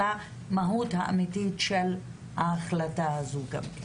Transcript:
למהות האמיתית של ההחלטה הזו גם כן?